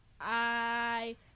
I-